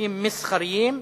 לצרכים מסחריים,